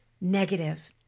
negative